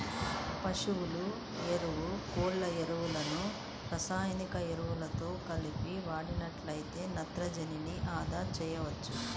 పశువుల ఎరువు, కోళ్ళ ఎరువులను రసాయనిక ఎరువులతో కలిపి వాడినట్లయితే నత్రజనిని అదా చేయవచ్చు